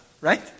right